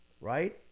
Right